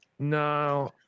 No